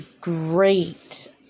great